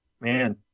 man